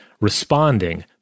responding